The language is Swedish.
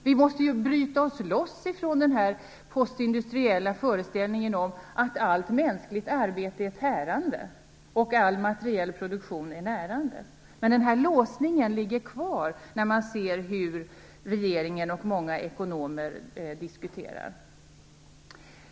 Vi måste ju bryta oss loss från den här postindustriella föreställningen att allt mänskligt arbete är tärande och att all materiell produktion är närande. Men att den låsningen finns kvar förstår man när man ser hur regeringen och många ekonomer diskuterar.